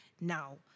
now